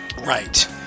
Right